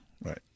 Right